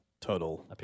total